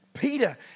Peter